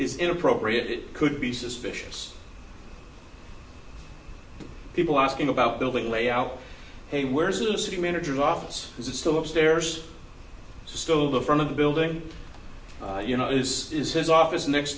is inappropriate it could be suspicious people asking about building layout hey where's the city manager office is it still upstairs still the front of the building you know this is his office next